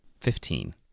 Fifteen